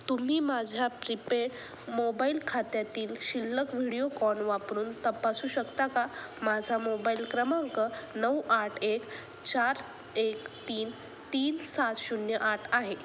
तुम्ही माझ्या prepaid mobile खात्यातील शिल्लक व्हिडिओकॉन वापरून तपासू शकता का माझा मोबाईल क्रमांक नऊ आठ एक चार एक तीन तीन सात शून्य आठ आहे